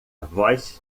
voz